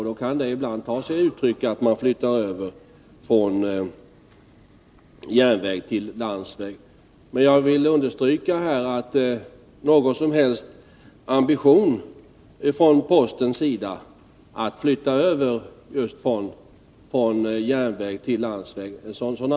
Det kan ibland ta sig uttryck i att transporter flyttas från järnväg till landsväg. Jag vill understryka att det från postverkets sida inte finns några som helst ambitioner att flytta över transporter just från järnväg till landsväg.